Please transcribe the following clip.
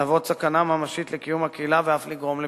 להוות סכנה ממשית לקיום הקהילה ואף לגרום לפירוקה.